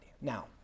Now